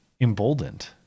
emboldened